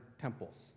temples